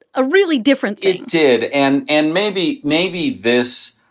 ah really different it did. and and maybe maybe this.